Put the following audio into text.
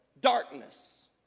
darkness